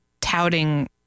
touting